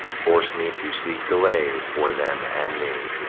forc'd me to seek delays for them and me.